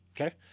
Okay